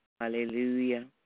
Hallelujah